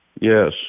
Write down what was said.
Yes